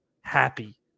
happy